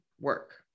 work